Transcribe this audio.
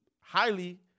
highly